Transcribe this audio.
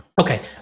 okay